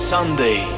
Sunday